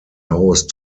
host